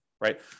right